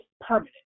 permanent